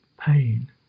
pain